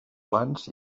plans